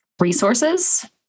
resources